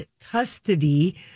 custody